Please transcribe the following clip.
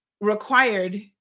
required